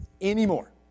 anymore